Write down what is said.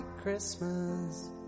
Christmas